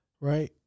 Right